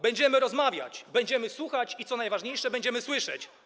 Będziemy rozmawiać, będziemy słuchać i co najważniejsze, będziemy słyszeć.